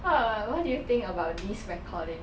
what do you think about this recording